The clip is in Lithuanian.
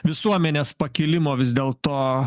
visuomenės pakilimo vis dėl to